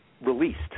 released